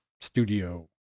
studio